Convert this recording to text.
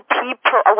people